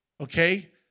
Okay